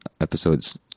episodes